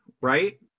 right